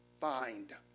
find